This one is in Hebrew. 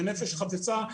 בנפש חפצה,